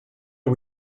are